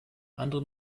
anderen